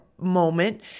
moment